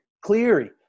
Cleary